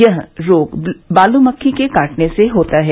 यह रोग बालू मक्खी के काटने से होता है